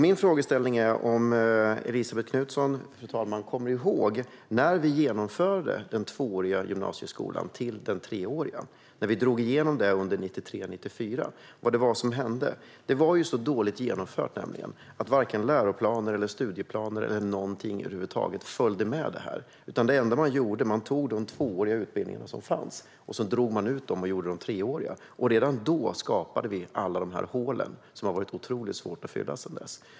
Min frågeställning är: Kommer Elisabet Knutsson ihåg när vi gjorde om den tvååriga gymnasieskolan till treårig under 1993 och 1994 och vad som hände? Det var nämligen så dåligt genomfört att varken läroplaner, studieplaner eller någonting över huvud taget följde med. Det enda man gjorde var att man tog de tvååriga utbildningar som fanns och drog ut dem och gjorde dem treåriga. Redan då skapade vi alla hål som har varit otroligt svåra att fylla sedan dess.